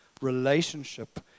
relationship